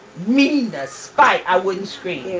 meanness, spite, i wouldn't scream.